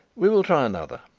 we will try another.